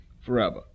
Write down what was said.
forever